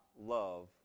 love